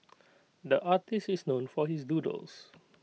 the artist is known for his doodles